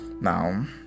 Now